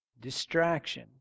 Distraction